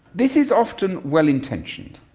this is often well intentioned,